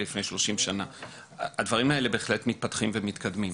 הדברים האלה בהחלט מתפתחים ומתקדמים.